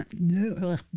no